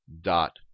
dot